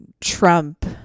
Trump